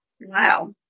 Wow